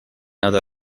other